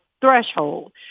threshold